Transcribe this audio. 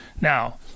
Now